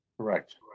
Correct